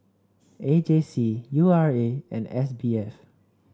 A J C U R A and S B F